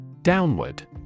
Downward